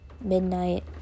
midnight